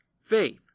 faith